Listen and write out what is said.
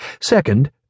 Second